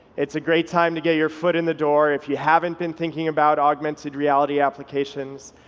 it's a great time to get your foot in the door if you haven't been thinking about augmented reality applications,